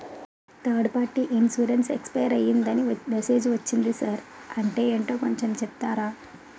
Third party insurance expire అయ్యిందని message ఒచ్చింది sir అంటే ఏంటో కొంచె చెప్తారా?